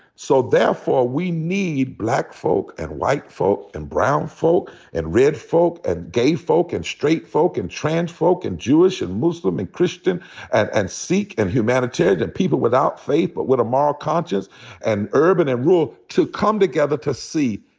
so therefore we need black folk and white folk and brown folk and red folk and gay folk and straight folk and trans folk and jewish and muslim and christian and and sikh and humanitarian and people without faith but with a moral conscience and urban and rural to come together to see.